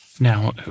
Now